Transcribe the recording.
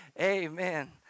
Amen